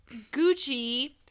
Gucci